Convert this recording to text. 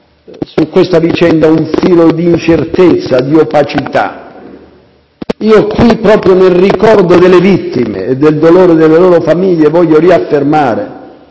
su questa vicenda un filo di incertezza, di opacità. Proprio nel ricordo delle vittime e del dolore delle loro famiglie, voglio qui riaffermare